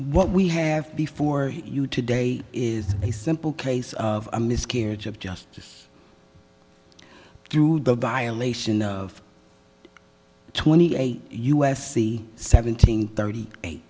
what we have before you today is a simple case of a miscarriage of justice through the violation of twenty eight us c seventeen thirty eight